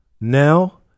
Now